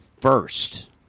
first